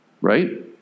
Right